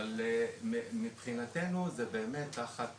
אבל מבחינתנו, זה באמת, תחת